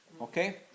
Okay